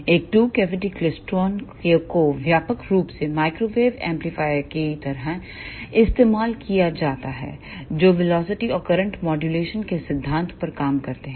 एक two cavity klystron को व्यापक रूप से माइक्रोवेव एम्पलीफायर कि तरह इस्तेमाल किया जाता है जो वेलोसिटी और करंट माड्यूलेशन के सिद्धांत पर काम करता है